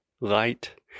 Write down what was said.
light